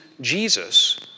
Jesus